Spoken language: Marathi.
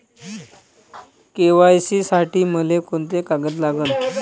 के.वाय.सी साठी मले कोंते कागद लागन?